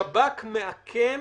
השב"כ מאכן